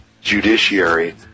judiciary